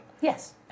Yes